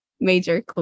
major